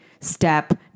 step